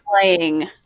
playing